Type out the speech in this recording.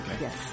Yes